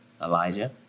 Elijah